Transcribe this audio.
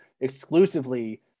exclusively